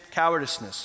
cowardice